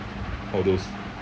all those